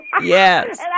Yes